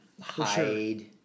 hide